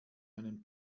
einen